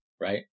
right